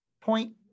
point